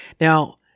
Now